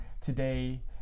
today